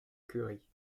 curie